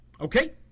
Okay